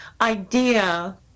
idea